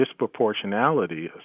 disproportionality